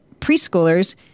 preschoolers